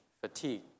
fatigue